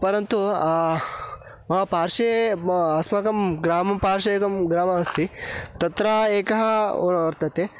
परन्तु मम पार्श्वे अस्माकं ग्रामस्य पार्श्वे एकं ग्रामम् अस्ति तत्र एकः वर्तते